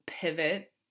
pivot